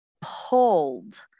pulled